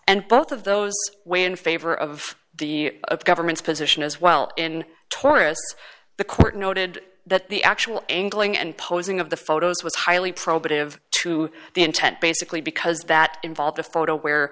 and both of those weigh in favor of the government's position as well in taurus the court noted that the actual angling and posing of the photos was highly probative to the intent basically because that involved a photo where